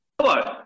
Hello